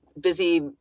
busy